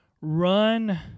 run